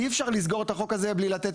אי אפשר לסגור את החוק הזה בלי לתת